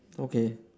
okay